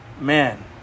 Man